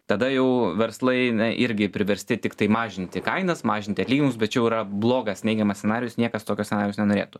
tada jau verslai na irgi priversti tiktai mažinti kainas mažinti atlyginimus bet čia jau yra blogas neigiamas scenarijus niekas tokio scenarijaus nenorėtų